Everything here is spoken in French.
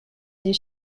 des